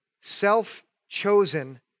self-chosen